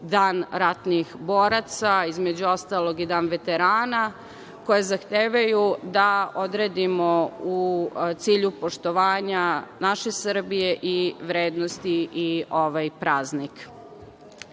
dan ratnih boraca, između ostalog, i dan veterana, koje zahtevaju da odredimo u cilju poštovanja naše Srbije i vrednosti i ovaj praznik. Žao